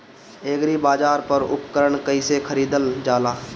एग्रीबाजार पर उपकरण कइसे खरीदल जाला?